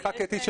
סליחה קטי,